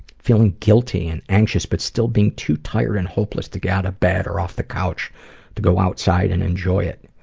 feeling guilty and anxious but still being too tired and hopeless to get out of bed, or off the couch to go outside and enjoy it.